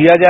दिया जाए